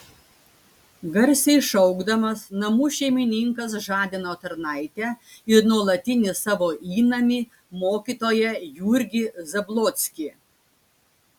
garsiai šaukdamas namų šeimininkas žadino tarnaitę ir nuolatinį savo įnamį mokytoją jurgį zablockį